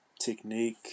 technique